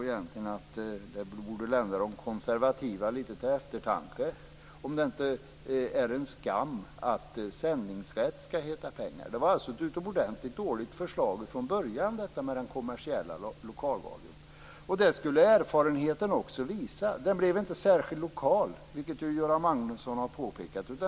Egentligen borde det lända de konservativa lite till eftertanke, om det inte är en skam att sändningsrätt skall heta pengar. Förslaget om den kommersiella lokalradion var alltså utomordentligt dåligt från början. Det skulle erfarenheten också visa. Den blev inte särskilt lokal, vilket Göran Magnusson har påpekat.